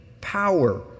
power